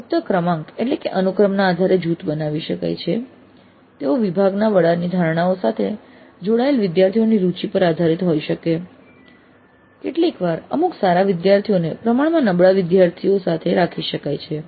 ફક્ત ક્રમાંક એટલે કે અનુક્રમના આધારે જૂથ બનાવી શકાય છે તેઓ વિભાગના વડાની ધારણાઓ સાથે જોડાયેલા વિદ્યાર્થીઓની રુચિ પર આધારિત હોઈ શકે છે કેટલીકવાર અમુક સારા વિદ્યાર્થીઓને પ્રમાણમાં નબળા વિદ્યાર્થીઓ સાથે રાખી શકાય છે